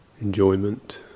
enjoyment